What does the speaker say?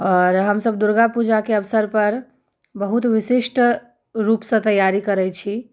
आओर हम सभ दुर्गा पूजाके अवसर पर बहुत विशिष्ट रूपसँ तैआरी करैत छी